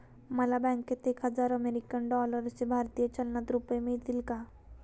मला बँकेत एक हजार अमेरीकन डॉलर्सचे भारतीय चलनात रुपये मिळतील का?